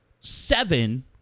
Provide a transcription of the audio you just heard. seven